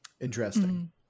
Interesting